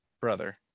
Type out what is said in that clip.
brother